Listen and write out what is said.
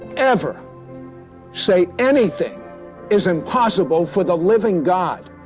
ever say anything is impossible for the living god.